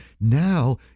now